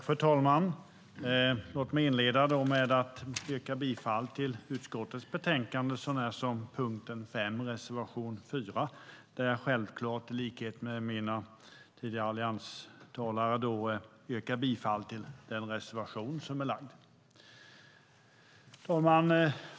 Fru talman! Låt mig inleda med att yrka bifall till utskottets förslag så när som på punkten 5, där jag självklart i likhet med tidigare allianstalare yrkar bifall till reservation 4. Fru talman!